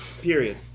Period